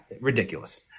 Ridiculous